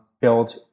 build